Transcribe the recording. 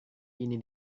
ini